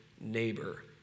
Neighbor